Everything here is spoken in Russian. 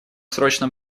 срочном